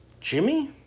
Jimmy